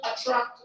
attract